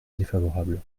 défavorable